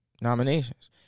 nominations